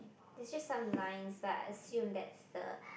there's just some lines but I assume that's the